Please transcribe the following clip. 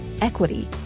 equity